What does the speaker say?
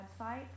website